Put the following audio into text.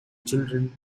children